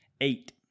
Eight